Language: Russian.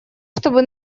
чтобы